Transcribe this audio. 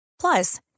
Plus